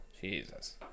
Jesus